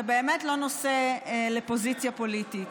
זה באמת לא נושא לפוזיציה פוליטית.